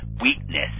weakness